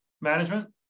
management